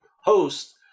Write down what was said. host